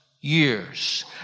years